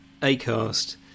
acast